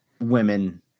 women